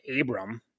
Abram